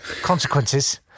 consequences